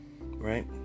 right